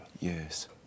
Yes